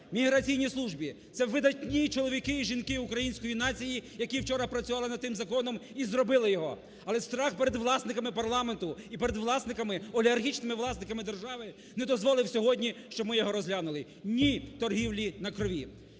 міграційній службі, це видатні чоловіки і жінки української нації, які вчора працювали над тим законом і зробили його. Але страх перед власниками парламенту і перед власниками, олігархічними власниками держави не дозволив сьогодні, щоб ми його розглянули. Ні торгівлі на крові!